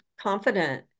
confident